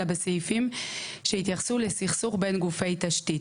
אלא בסעיפים שהתייחסו לסכסוך בין גופי תשתית.